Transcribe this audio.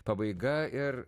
pabaiga ir